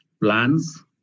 plans